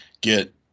get